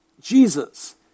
Jesus